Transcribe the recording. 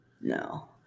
No